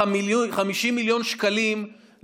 50 מיליון שקלים,